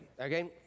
okay